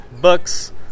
books